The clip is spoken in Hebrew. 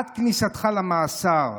עד כניסתך למאסר.